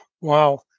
Wow